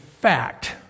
fact